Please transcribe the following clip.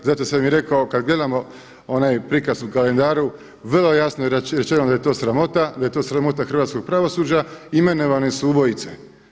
Zato sam i rekao kad gledamo onaj prikaz u kalendaru vrlo jasno je rečeno da je to sramota, da je to sramota hrvatskog pravosuđa, imenovane su ubojice.